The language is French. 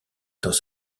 dans